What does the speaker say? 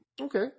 Okay